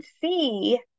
see